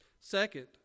Second